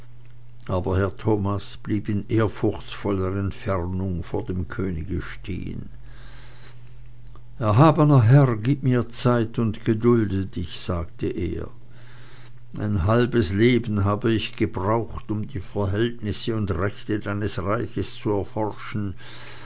aber herr thomas blieb in ehrfurchtsvoller entfernung vor dem könige stehen erhabener herr gib mir zeit und gedulde dich sagte er ein halbes leben habe ich gebraucht um die verhältnisse und rechte deines reiches zu erforschen